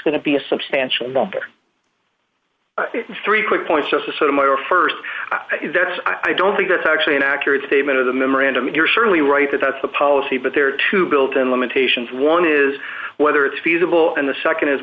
going to be a substantial number three quick points just to sort of mirror st i think there's i don't think there's actually an accurate statement of the memorandum you're surely right that that's the policy but there are two built in limitations one is whether it's feasible and the nd is